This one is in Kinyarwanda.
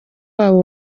wabo